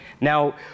Now